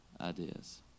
ideas